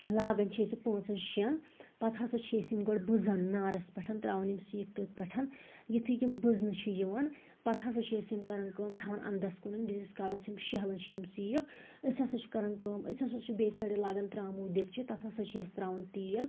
لاگان چھِ أسۍ یہِ پانٛژَن شیٚن پَتہٕ ہَسا چھِ أسۍ یِم گۄڈٕ بٕزان نارَس پٮ۪ٹھ ترٛاوان یِم سیٖکھ تٔتھۍ پٮ۪ٹھ یُتھٕے یِم بٕزنہٕ چھِ یِوان پَتہٕ ہَسا چھِ أسۍ یِم کران کٲم تھاوان اَنٛدَس کُنَن ییٖتِس کالَس یم شیٚہلان چھِ یِم سیٖکھ أسۍ ہَسا چھِ کران کٲم أسۍ ہَسا چھِ بیٚیہِ سایڈٕ لاگَان ترٛامو دیٖگچہِ تتھ ہَسا چھِ أسۍ ترٛاوان تیٖل